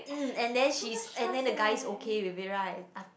mm and then she's and the guy's okay with it right